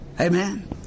Amen